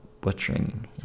butchering